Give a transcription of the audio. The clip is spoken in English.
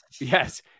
Yes